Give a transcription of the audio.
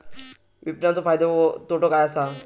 विपणाचो फायदो व तोटो काय आसत?